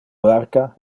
barca